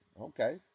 Okay